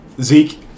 Zeke